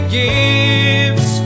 gives